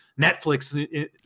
Netflix